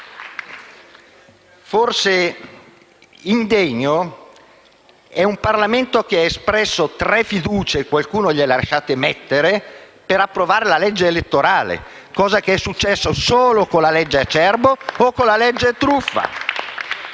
Forse indegno è un Parlamento che ha espresso per tre volte la fiducia - e qualcuno le ha lasciate mettere - per l'approvazione della legge elettorale, cosa che è accaduta solo con la legge Acerbo e con la legge truffa.